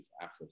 Africa